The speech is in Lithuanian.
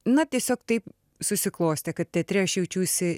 na tiesiog taip susiklostė kad teatre aš jaučiausi